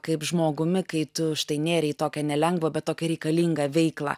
kaip žmogumi kai tu štai nėrei į tokią nelengvą bet tokią reikalingą veiklą